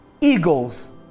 Eagles